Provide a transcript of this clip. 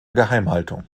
geheimhaltung